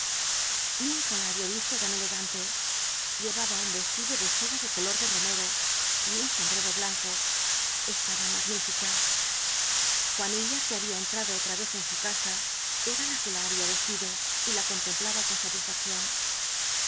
nunca la había visto tan elegante llevaba un o y un sombrero vestido de seda de color de l'omcl blanco estaba magnifica j uanilla que había cntlado otra ez en su casa era la que la hahia vestido y la contemplaba con sa